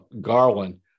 Garland